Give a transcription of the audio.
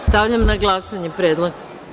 Stavljam na glasanje predlog.